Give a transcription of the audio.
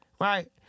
right